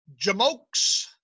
Jamokes